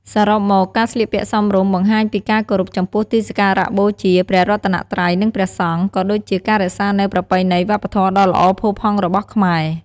សរុបមក ការស្លៀកពាក់សមរម្យបង្ហាញពីការគោរពចំពោះទីសក្ការៈបូជា ព្រះរតនត្រ័យ និងព្រះសង្ឃ ក៏ដូចជាការរក្សានូវប្រពៃណីវប្បធម៌ដ៏ល្អផូរផង់របស់ខ្មែរ។